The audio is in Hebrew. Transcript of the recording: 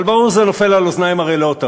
אבל ברור שזה נופל על אוזניים ערלות,